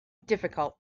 difficult